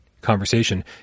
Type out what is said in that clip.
conversation